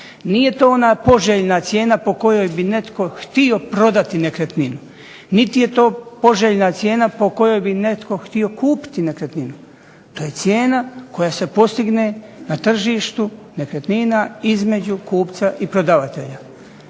Nije to ona poželjna cijena po kojoj bi netko htio prodati nekretninu, niti je to poželjna cijena po kojoj bi netko htio kupiti nekretninu, to je cijena koja se postigne na tržištu nekretnina između kupca i prodavatelja.